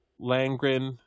Langren